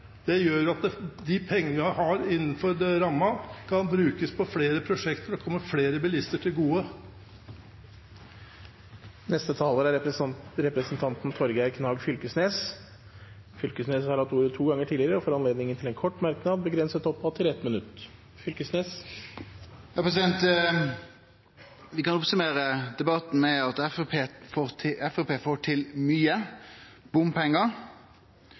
Det gjør at de pengene vi har innenfor rammen, kan brukes på flere prosjekter og komme flere bilister til gode. Representanten Torgeir Knag Fylkesnes har hatt ordet to ganger tidligere og får ordet til en kort merknad, begrenset til 1 minutt. Vi kan summere opp debatten med at Framstegspartiet får til